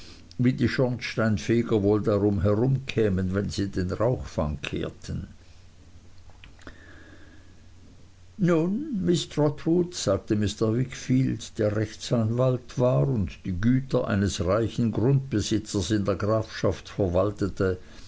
wie die schornsteinfeger wohl darum herumkämen wenn sie den rauchfang kehrten nun miß trotwood sagte mr wickfield der rechtsanwalt war und die güter eines reichen grundbesitzers in der grafschaft verwaltete